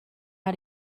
how